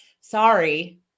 sorry